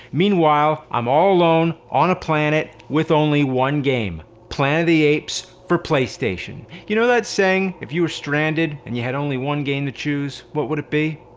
meanwhile, i'm all alone on a planet with only one game planet of the apes for playstation. you know that saying if you were stranded, and you had only one game to choose. what would it be?